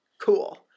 Cool